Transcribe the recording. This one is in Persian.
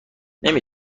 نمی